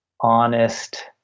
honest